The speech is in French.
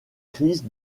crise